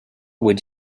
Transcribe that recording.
would